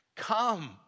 Come